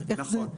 איך זה?